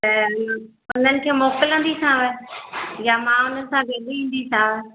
त उन्हनि खे मोकलंदीसांव या मां उन्हनि सां गॾु ईंदीसांव